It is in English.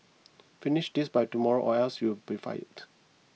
finish this by tomorrow or else you'll be fired